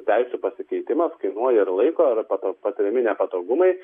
teisių pasikeitimas kainuoja ir laiko yra patiriami nepatogumai